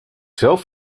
zelf